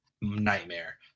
nightmare